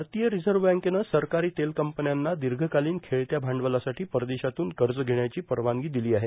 भारतीय रिझर्व्ह बँकेनं सरकारी तेल कंपन्यांना दीर्घकालीन खेळत्या भांडवलासाठी परदेशातून कर्ज घेण्याची परवानगी दिली आहे